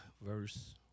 verse